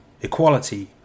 equality